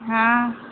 हा